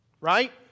right